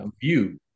view